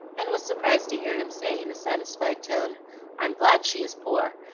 and was surprised to hear him say in a satisfied tone i'm glad she is poor.